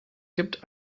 gibt